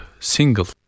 single